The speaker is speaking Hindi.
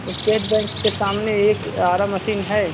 श्टेट बैंक के सामने एक आरा मशीन है